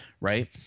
right